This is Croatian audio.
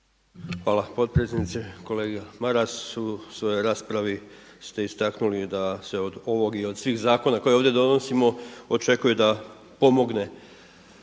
Hvala potpredsjednice. Kolega Maras u svojoj raspravi ste istaknuli da se od ovog i od svih ovih zakona koje ovdje donosimo očekuje da pomogne